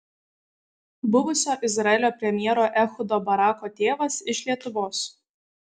buvusio izraelio premjero ehudo barako tėvas iš lietuvos